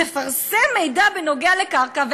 תפרסם מידע על קרקע,